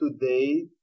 today